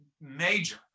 major